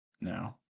No